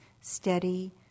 steady